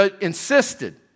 insisted